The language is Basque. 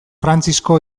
frantzisko